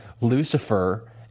Lucifer